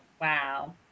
Wow